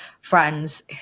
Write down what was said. friends